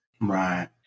Right